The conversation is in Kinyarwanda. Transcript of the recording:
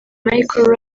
michael